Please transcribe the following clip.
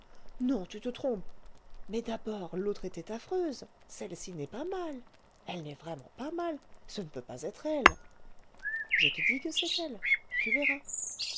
non tu te trompes mais d'abord l'autre était affreuse celle-ci n'est pas mal elle n'est vraiment pas mal ce ne peut pas être elle je te dis que c'est elle tu verras